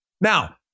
Now